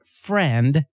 friend